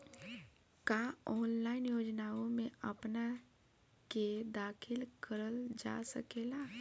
का ऑनलाइन योजनाओ में अपना के दाखिल करल जा सकेला?